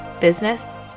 business